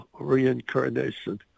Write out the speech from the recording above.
reincarnation